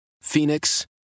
Phoenix